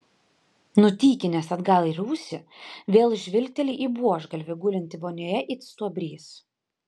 nutykinęs atgal į rūsį vėl žvilgteli į buožgalvį gulintį vonioje it stuobrys